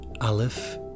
Aleph